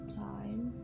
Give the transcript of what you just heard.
time